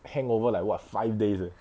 hangover like [what] five days eh